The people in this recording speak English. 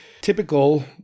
typical